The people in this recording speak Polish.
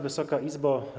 Wysoka Izbo!